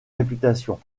réputation